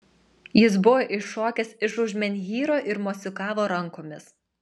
jis buvo iššokęs iš už menhyro ir mosikavo rankomis